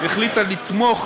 החליטה לתמוך